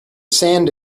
sand